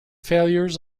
failures